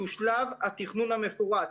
שהוא שלב התכנון המפורט.